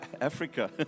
Africa